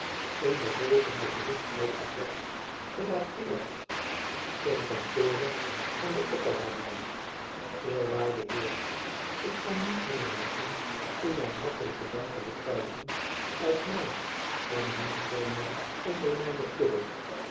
in den volgenden brief uitgedrukt gedateerd ten kantore van den opper rabbijn eerwaarde heer ik kan niet nalaten u mijn hartelijken dank te betuigen uit naam van diegenen onder mijne kudde